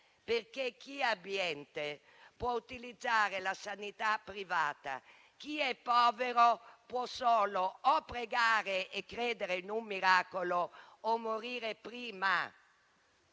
altri? Chi è abbiente può utilizzare la sanità privata, ma chi è povero può solo o pregare e credere in un miracolo o morire prima.